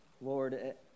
Lord